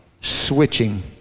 switching